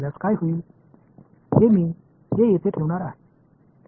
எனவே முதல் வெளிப்பாட்டிற்கு என்ன நடக்கும்